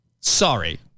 Sorry